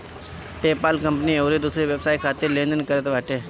PayPal company अउरी दूसर व्यवसाय खातिर लेन देन करत बाटे